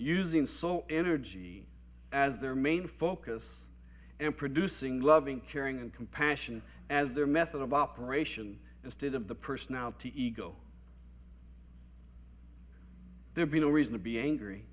using solar energy as their main focus and producing loving caring and compassion as their method of operation instead of the personality ego there be no reason to be angry